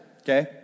okay